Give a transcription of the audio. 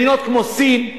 מדינות כמו סין,